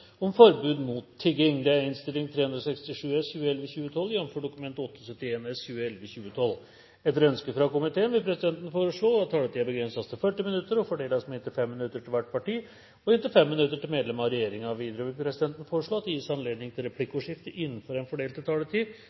om ordet til sak nr. 21. Etter ønske fra justiskomiteen vil presidenten foreslå at taletiden begrenses til 40 minutter og fordeles med inntil 5 minutter til hvert parti og inntil 5 minutter til medlem av regjeringen. Videre vil presidenten foreslå at det gis anledning til replikkordskifte på inntil 5 replikker med svar etter innlegg fra medlem av regjeringen innenfor den fordelte taletid.